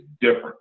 different